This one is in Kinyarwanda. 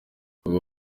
ubwo